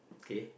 okay